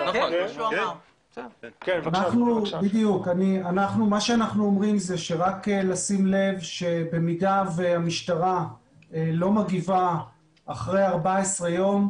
אנחנו אומרים שצריך לשים לב שבמידה והמשטרה לא מגיבה אחרי 14 ימים,